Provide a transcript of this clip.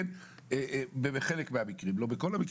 בחלק מהמקרים, לא בכולם.